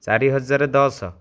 ଚାରି ହଜାର ଦଶ